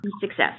Success